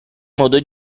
modo